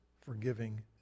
forgiving